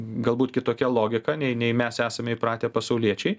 galbūt kitokia logika nei nei mes esame įpratę pasauliečiai